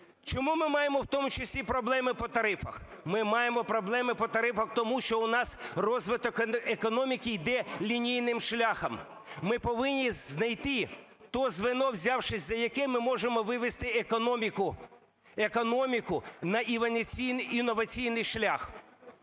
Чому ми маємо, в тому числі проблеми по тарифах? Ми маємо проблеми по тарифах тому, що у нас розвиток економіки йде лінійним шляхом. Ми повинні знайти те звено, взявшись за яке, ми зможемо вивести економіку, економіку на інноваційний шлях.